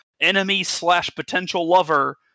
enemy-slash-potential-lover